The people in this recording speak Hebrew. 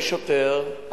לא לשוטר.